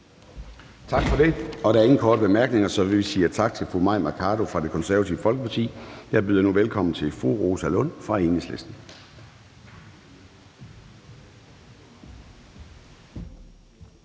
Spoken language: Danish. Tak for det, og der er ingen korte bemærkninger, så vi siger tak til fru Mai Mercado fra Det Konservative Folkeparti. Jeg byder nu velkommen til fru Rosa Lund fra Enhedslisten.